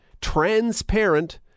transparent